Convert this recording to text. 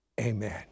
Amen